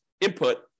input